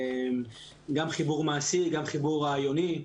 גם חיבור מעשי גם חיבור רעיוני.